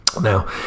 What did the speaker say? now